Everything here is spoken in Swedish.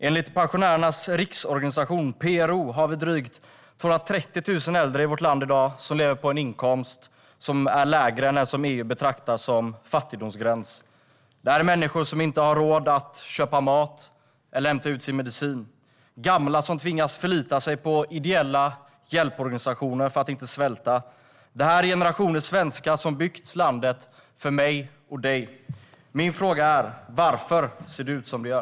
Enligt Pensionärernas Riksorganisation, PRO, har vi i dag drygt 230 000 äldre i vårt land som lever på en inkomst som är lägre än vad EU betraktar som fattigdomsgränsen. Det här är människor som inte har råd att köpa mat eller hämta ut sin medicin. Det är gamla som tvingas förlita sig på ideella hjälporganisationer för att inte svälta. Det här är generationer som har byggt landet för mig och för dig. Min fråga är: Varför ser det ut som det gör?